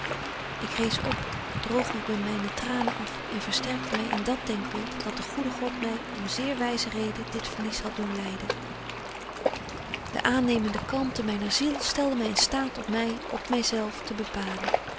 ik rees op droogde myne tranen af en versterkte my in dat denkbeeld dat de goede god my om zeer wyze reden dit verlies hadt doen lyden de aannemende kalmte myner ziel stelde my in staat om my op my zelf te bepalen